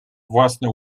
własne